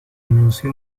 anunció